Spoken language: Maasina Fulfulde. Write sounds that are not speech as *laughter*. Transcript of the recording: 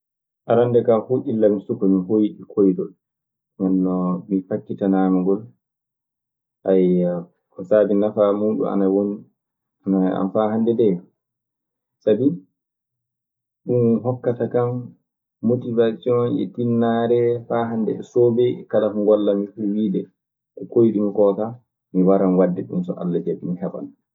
Arannde kaa fuu illa mi suka mi hoyɗii koyɗol. Ndeen non mi faccitanaama ngol. *hesitation* ko saabii nafaa muuɗun ana woni, ana e an faa hande dee. Sabi, ɗun hokkata kan motiwason e tinnaare faa hannde e soobee e kala ko ngollammi fuu wiide ko koyɗumi koo ka mi waran waɗde ɗun so Alla jaɓii, mi heɓan.